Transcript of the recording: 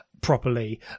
properly